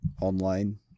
online